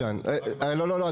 לא רק בנגב.